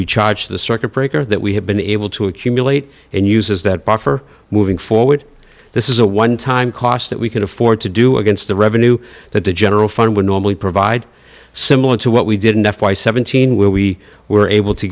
be charged the circuit breaker that we have been able to accumulate and uses that buffer moving forward this is a one time cost that we can afford to do against the revenue that the general fund would normally provide similar to what we did an f y seventeen where we were able to